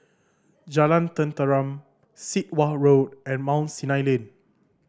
Jalan Tenteram Sit Wah Road and Mount Sinai Lane